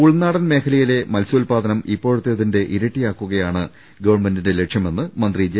ഉൾനാടൻ മേഖലയിലെ മത്സ്യാല്പാദനം ഇപ്പോഴത്തേ തിന്റെ ഇരട്ടിയാക്കുകയാണ് ഗവൺമെന്റിന്റെ ലക്ഷ്യമെന്ന് മന്ത്രി ജെ